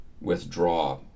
withdraw